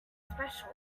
special